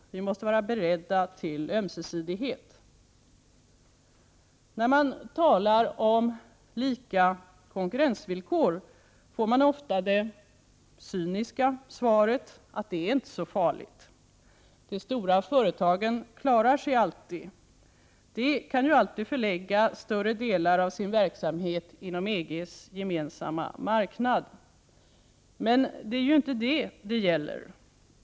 Vi måste vara beredda till ömsesidighet. När man talar om lika konkurrensvillkor får man ofta det cyniska svaret att det är inte så farligt. De stora företagen klarar sig alltid — de kan ju alltid förlägga större delar av sin verksamhet inom EG:s gemensamma marknad. Men det är ju inte det som det gäller.